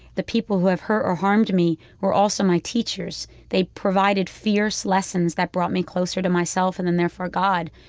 the people who have hurt or harmed me were also my teachers. they provided fierce lessons that brought me closer to myself and then therefore god,